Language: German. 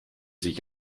sich